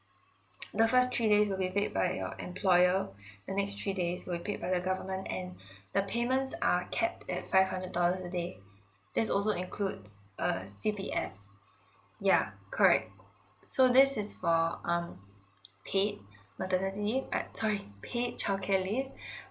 the first three days will be paid by your employer the next three days will be paid by the government and the payments are capped at five hundred dollars a day that's also includes uh C_P_F yeah correct so this is for um paid maternity leave but sorry paid childcare leave